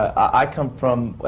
i come from,